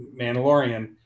mandalorian